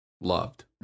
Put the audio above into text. loved